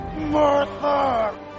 Martha